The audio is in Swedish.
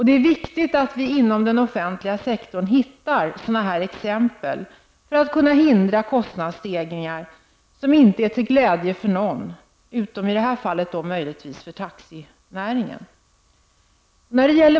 Det är viktigt att vi inom den offentliga sektorn hittar sådana här expemel för att kunna hindra kostnadsstegringar som inte är till glädje för någon, utom i detta fall möjligtvis för taxinäringen.